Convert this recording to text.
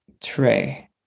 tray